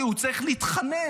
כי הוא צריך להתחנן.